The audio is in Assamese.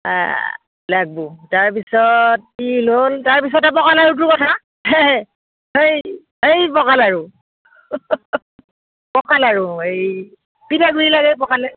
লাগব তাৰ পিছত তিল হ'ল তাৰ পিছতে পকা লাৰুটোৰ কথা এই এই পকা লাৰু পকা লাৰু এই পিঠাগুৰি লাগে পকালে